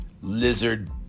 Lizard